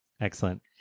Excellent